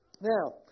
Now